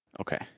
Okay